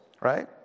right